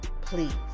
please